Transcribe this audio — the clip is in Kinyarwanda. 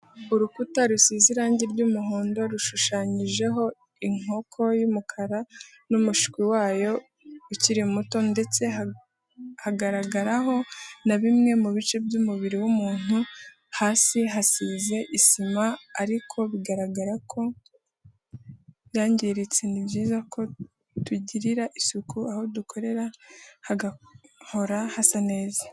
Urukuta rusize irangi ry'umuhondo rushushanyijeho inkoko y'umukara n'umushwi wayo ukiri muto, ndetse hagaragaraho na bimwe mu bice by'umubiri w'umuntu, hasi hasize isima ariko bigaragara ko yangiritse, ni byiza ko tugirira isuku aho dukorera hagahora hasa neza